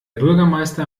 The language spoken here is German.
bürgermeister